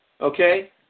Okay